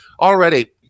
already